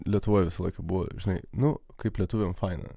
lietuvoje visą laiką buvo žinai nu kaip lietuviam faina